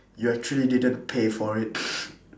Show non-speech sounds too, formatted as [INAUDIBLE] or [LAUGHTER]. you actually didn't pay for it [LAUGHS]